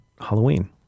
Halloween